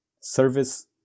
service